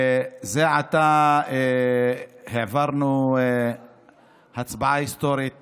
זה עתה העברנו הצבעה היסטורית